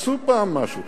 תעשו פעם משהו.